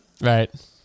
right